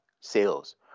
Sales